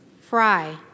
Fry